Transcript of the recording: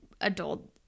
adult